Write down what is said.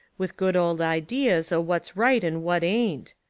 with good old idees o' wut's right and wut ain't,